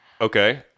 Okay